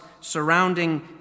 surrounding